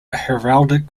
heraldic